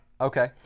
Okay